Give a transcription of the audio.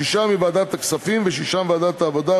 שישה מוועדת הכספים ושישה מוועדת העבודה,